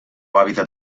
hàbitat